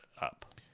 up